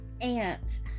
aunt